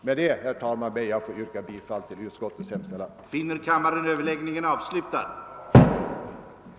Med dessa ord, herr talman, ber jag att få yrka bifall till utskottets hemställan. Åtgärder för att fördjupa och stärka det svenska folkstyret